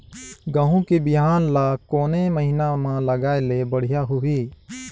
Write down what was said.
गहूं के बिहान ल कोने महीना म लगाय ले बढ़िया होही?